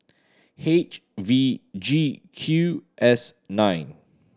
H V G Q S nine